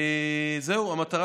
המטרה,